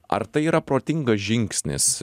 ar tai yra protingas žingsnis